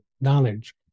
knowledge